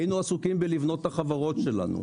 היינו עסוקים בבניית החברות שלנו.